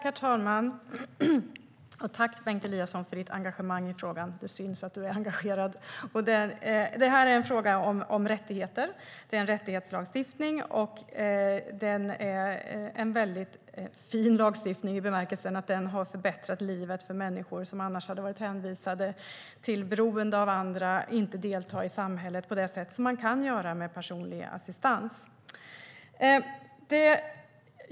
Herr talman! Tack, Bengt Eliasson, för ditt engagemang i frågan! Det syns att du är engagerad. Det är en fråga om rättigheter, och det är en rättighetslagstiftning. Det är en väldigt fin lagstiftning i den bemärkelsen att den har förbättrat livet för människor som annars hade varit hänvisade till att vara beroende av andra och inte delta i samhället på det sätt man kan göra med personlig assistans.